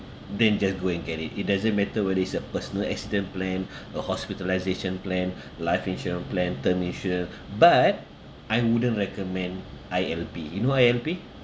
then just go and get it it doesn't matter whether it's a personal accident plan or hospitalisation plan life insurance plan term insurance but I wouldn't recommend I_L_P you know I_L_P